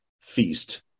feast